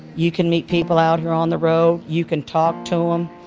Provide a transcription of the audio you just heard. you can meet people out here on the road. you can talk to them.